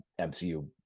mcu